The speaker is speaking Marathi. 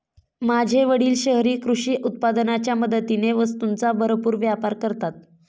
माझे वडील शहरी कृषी उत्पादनाच्या मदतीने वस्तूंचा भरपूर व्यापार करतात